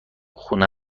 خونه